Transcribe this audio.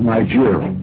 Nigeria